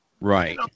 right